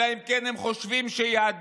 אלא אם כן הם חושבים שיהדות